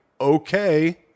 okay